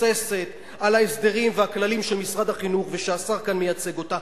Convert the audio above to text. שמבוססת על ההסדרים והכללים של משרד החינוך ושהשר כאן מייצג אותה,